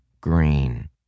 Green